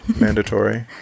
mandatory